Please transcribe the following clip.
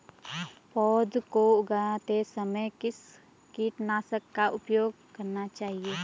पौध को उगाते समय किस कीटनाशक का प्रयोग करना चाहिये?